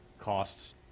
costs